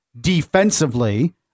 defensively